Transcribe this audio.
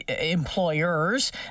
employers